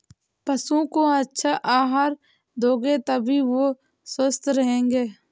पशुओं को अच्छा आहार दोगे तभी वो स्वस्थ रहेंगे